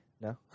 No